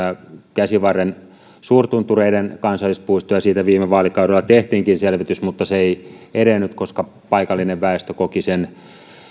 käsivarren suurtuntureiden kansallispuiston ja siitä viime vaalikaudella tehtiinkin selvitys mutta se ei edennyt koska paikallinen väestö koki sen